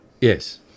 Yes